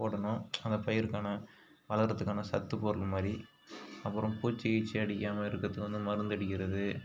போடணும் அந்த பயிருக்கான வளர்கிறதுக்கான சத்துப் பொருள் மாதிரி அப்புறம் பூச்சி கீச்சி அடிக்காமல் இருக்கிறதுக்கு வந்து மருந்து அடிக்கிறது